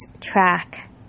track